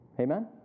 Amen